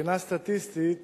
מבחינה סטטיסטית